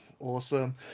Awesome